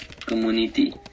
community